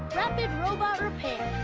rapid robot repair.